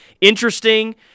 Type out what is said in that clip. interesting